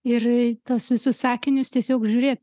ir į tuos visus akinius tiesiog žiūri